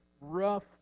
rough